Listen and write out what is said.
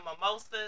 Mimosas